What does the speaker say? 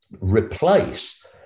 replace